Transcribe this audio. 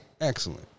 Excellent